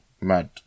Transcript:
mad